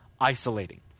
isolating